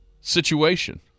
situation